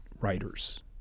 writers